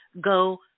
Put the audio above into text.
go